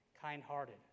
kind-hearted